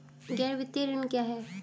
गैर वित्तीय ऋण क्या है?